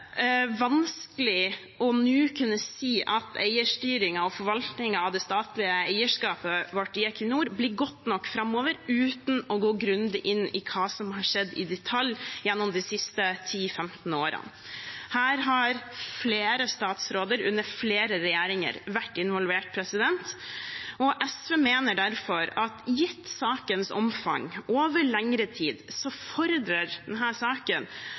vanskelig nå å kunne si at eierstyringen og forvaltningen av det statlige eierskapet i Equinor blir god nok framover uten å gå grundig inn i hva som har skjedd i detalj gjennom de siste 10–15 årene. Her har flere statsråder under flere regjeringer vært involvert. SV mener derfor at gitt sakens omfang over lengre tid fordrer denne saken at vi får den